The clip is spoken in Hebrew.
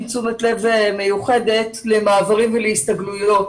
תשומת לב מיוחדת למעברים ולהסתגלויות.